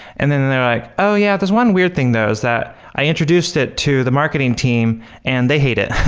and then they were like, oh, yeah. there's one weird thing though, is that i introduced it to the marketing team and they hate it,